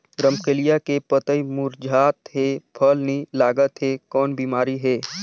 रमकलिया के पतई मुरझात हे फल नी लागत हे कौन बिमारी हे?